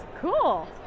cool